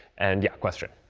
and yeah, question.